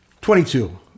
twenty-two